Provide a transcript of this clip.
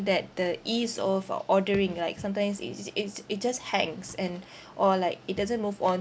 that the ease of or~ ordering like sometimes it's it's it just hangs and or like it doesn't move on